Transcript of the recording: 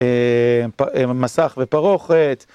מסך ופרוכת